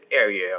area